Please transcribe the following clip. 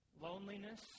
loneliness